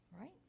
Right